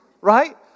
right